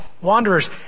wanderers